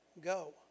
go